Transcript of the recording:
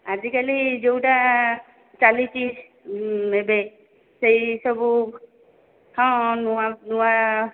ଆଜିକାଲି ଯୋଉଟା ଚାଲିଛି ଏବେ ସେଇ ସବୁ ହଁ ନୂଆ ନୂଆ